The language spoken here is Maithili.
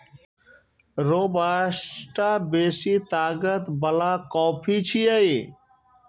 रोबास्टा बेसी ताकत बला कॉफी छियै